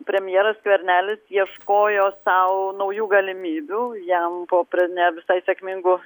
premjeras skvernelis ieškojo sau naujų galimybių jam po ne visai sėkmingų